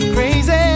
Crazy